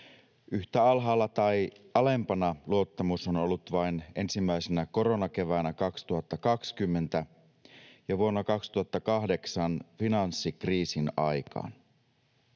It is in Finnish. Yhtä alhaalla tai alempana luottamus on ollut vain ensimmäisenä koronakeväänä 2020 ja vuonna 2008 finanssikriisin aikaan.